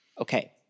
Okay